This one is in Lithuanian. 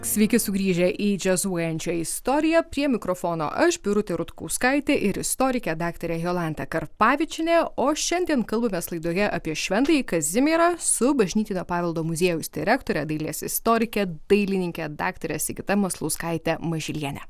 sveiki sugrįžę į džiazuojančią istoriją prie mikrofono aš birutė rutkauskaitė ir istorikė daktarė jolanta karpavičienė o šiandien kalbamės laidoje apie šventąjį kazimierą su bažnytinio paveldo muziejaus direktore dailės istorike dailininke daktare sigita maslauskaite mažyliene